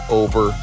over